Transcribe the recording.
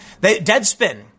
Deadspin